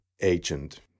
agent